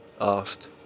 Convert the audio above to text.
asked